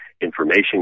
information